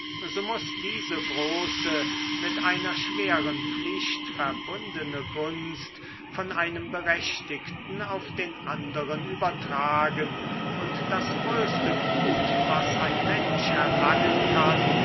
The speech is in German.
diese große mit einer schweren pflicht verbundene gunst von einem berechtigten auf den anderen übergetragen und das größte gut was ein mensch erlangen kann